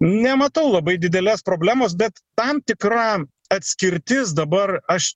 nematau labai didelės problemos bet tam tikra atskirtis dabar aš